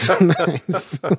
Nice